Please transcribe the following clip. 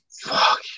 Fuck